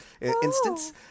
instance